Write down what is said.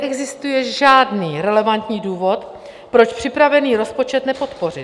Neexistuje žádný relevantní důvod, proč připravený rozpočet nepodpořit.